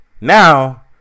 Now